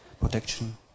protection